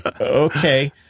okay